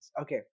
Okay